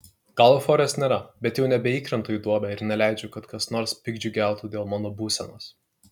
gal euforijos nėra bet jau nebeįkrentu į duobę ir neleidžiu kad kas nors piktdžiugiautų dėl mano būsenos